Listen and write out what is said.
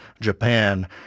Japan